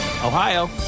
Ohio